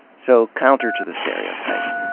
so, counter to the stereotypes,